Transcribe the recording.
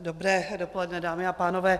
Dobré dopoledne, dámy a pánové.